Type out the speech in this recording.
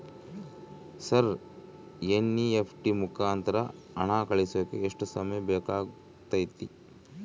Sir NEFT ಮುಖಾಂತರ ಹಣ ಕಳಿಸೋಕೆ ಎಷ್ಟು ಸಮಯ ಬೇಕಾಗುತೈತಿ?